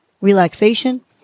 relaxation